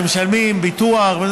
שמשלמים ביטוח?